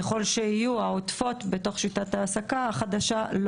ככל שיהיו בתוך שיטת העסקה החדשה,